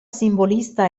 simbolista